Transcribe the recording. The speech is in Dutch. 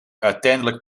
uiteindelijk